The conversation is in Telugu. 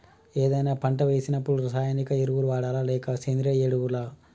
ఏదైనా పంట వేసినప్పుడు రసాయనిక ఎరువులు వాడాలా? లేక సేంద్రీయ ఎరవులా?